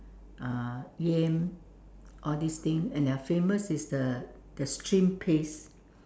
uh yam all this thing and their famous is the the shrimp paste